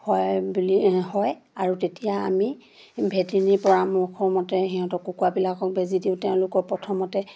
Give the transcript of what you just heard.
হয় বুলি হয় আৰু তেতিয়া আমি ভেটেৰিনেৰী পৰামৰ্শ মতে সিহঁতক কুকুৰাবিলাকক বেজী দিওঁ তেওঁলোকৰ প্ৰথমতে